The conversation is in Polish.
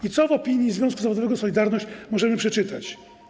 I co w opinii związku zawodowego „Solidarność” możemy przeczytać?